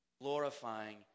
glorifying